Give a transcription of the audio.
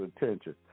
attention